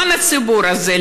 למען הציבור הזה,